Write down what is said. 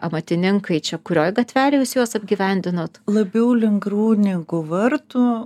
amatininkai čia kurioj gatvelėj jūs juos apgyvendinot labiau link rūdninkų vartų